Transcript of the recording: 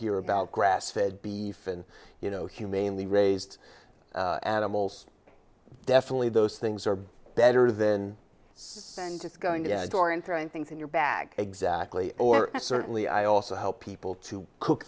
hear about grass fed beef and you know humanely raised animals definitely those things are better than just going to store and trying things in your bag exactly or certainly i also help people to cook